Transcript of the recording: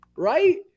Right